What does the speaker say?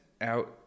out